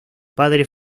padre